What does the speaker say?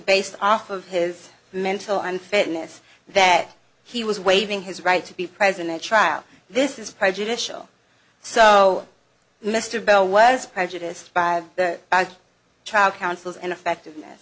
based off of his mental and fitness that he was waiving his right to be present at trial this is prejudicial so mr bell was prejudiced by the trial counsel's and effectiveness